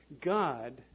God